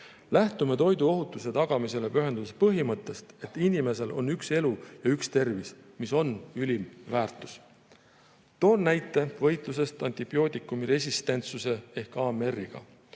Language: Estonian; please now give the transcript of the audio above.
Lähtume toiduohutuse tagamisele pühendumise põhimõttest, et inimesel on üks elu ja tervis, mis on ülim väärtus. Toon näite võitluse kohta antibiootikumiresistentsuse ehk AMR‑iga.